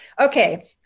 okay